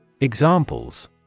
Examples